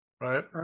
right